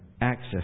access